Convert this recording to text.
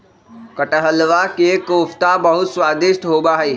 कटहलवा के कोफ्ता बहुत स्वादिष्ट होबा हई